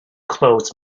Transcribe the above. clothes